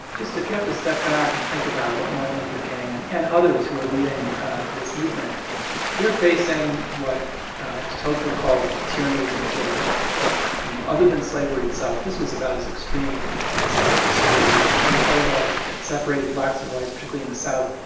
just, if you have to step back and think about what martin luther king and and others who were leading this movement they're facing facing what de tocqueville called tyranny of the majority. in fact, you know, other than slavery itself, this was about as extreme as it comes. so there were jim crow laws that separated blacks and whites, particularly in the south.